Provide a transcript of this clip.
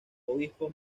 obispos